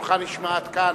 קולך נשמע עד כאן,